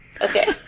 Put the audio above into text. Okay